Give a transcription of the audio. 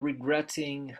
regretting